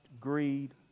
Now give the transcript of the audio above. greed